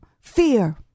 fear